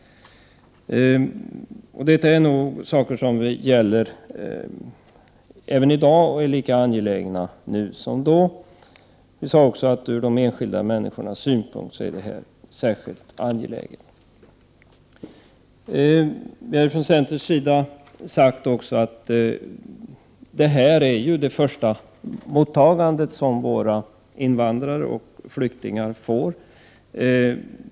Detta är nog sådant som är lika angeläget i dag som då. Vi framhöll också hur angeläget det här är från de enskilda människornas synpunkt. Centern har också understrukit att det rör sig om det första mottagandet av våra invandrare och flyktingar.